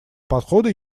подхода